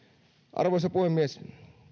arvoisa puhemies